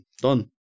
done